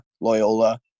Loyola